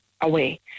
away